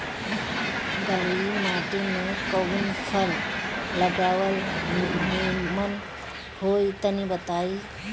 बलुई माटी में कउन फल लगावल निमन होई तनि बताई?